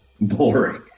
boring